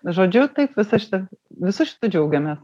žodžiu taip visą šitą visu šitu džiaugiamės